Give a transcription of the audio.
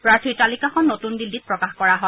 প্ৰাৰ্থীৰ তালিকাখন নতুন দিল্লীত প্ৰকাশ কৰা হয়